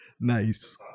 nice